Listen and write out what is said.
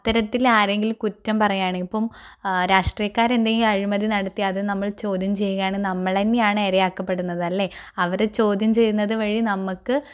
അത്തരത്തിൽ ആരെങ്കിലും കുറ്റം പറയുകയാണെങ്കിൽ ഇപ്പം രാഷ്ട്രീയക്കാർ എന്തെങ്കിലും അഴിമതി നടത്തി അത് നമ്മൾ ചോദ്യം ചെയ്യുകയാണ് നമ്മള് തന്നെയാണ് ഇരയാക്കപ്പെടുന്നത് അല്ലെ അവരെ ചോദ്യം ചെയ്യുന്നത് വഴി നമുക്ക്